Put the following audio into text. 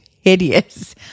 hideous